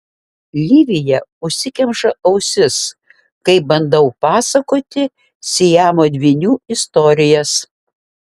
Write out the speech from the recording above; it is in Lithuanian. livija užsikemša ausis kai bandau pasakoti siamo dvynių istorijas